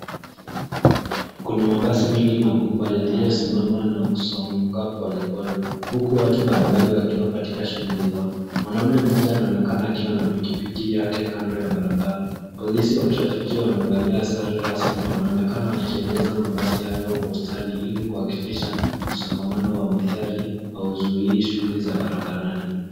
Kuna mabasi mengi makubwa yaliyosimama na kusonga polepole huku watu mbalimbali wakiwa katika shughuli zao. Mwanaume mmoja anaonekana akiwa na pikipiki yake kando ya barabara. Polisi wa trafiki wamevalia sare rasmi na wanaonekana wakieleza mabasi hayo kwa ustudi ili kuhakikisha msongamano wa magari hauzuii shughuli za barabarani.